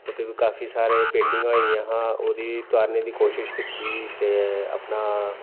उत्थै बी काफी सारे पेंटिंगां होई दियां हां ओह्दी तुआरनै दी कोशिश कीती ते अपना